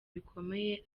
bikomeye